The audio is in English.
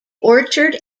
orchard